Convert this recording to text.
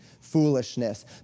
foolishness